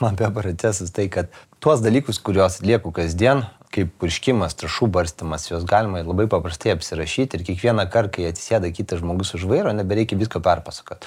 apie procesus tai kad tuos dalykus kuriuos atlieku kasdien kaip purškimas trąšų barstymas juos galima ir labai paprastai apsirašyti ir kiekvienąkart kai atsisėda kitas žmogus už vairo nebereikia visko perpasakot